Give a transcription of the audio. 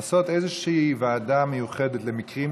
לעשות איזושהי ועדה מיוחדת למקרים